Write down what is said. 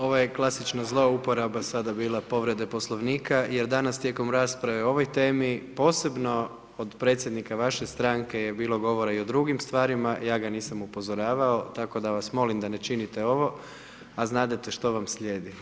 Ovo je klasična zlouporaba sada bila povrede Poslovnika jer danas tijekom rasprave o ovoj temi, posebno od predsjednika vaše stranke, je bilo govora i o drugim stvarima, ja ga nisam upozoravao, tako da vas molim da ne činite ovo, a znadete što vam slijedi.